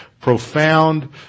profound